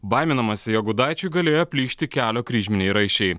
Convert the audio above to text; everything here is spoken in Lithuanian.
baiminamasi jog gudaičiui galėjo plyšti kelio kryžminiai raiščiai